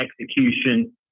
execution